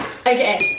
Okay